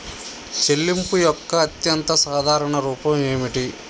చెల్లింపు యొక్క అత్యంత సాధారణ రూపం ఏమిటి?